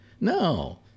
No